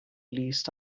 least